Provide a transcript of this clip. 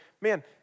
man